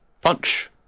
Punch